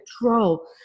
control